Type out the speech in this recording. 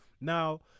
Now